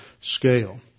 scale